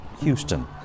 Houston